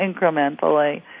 incrementally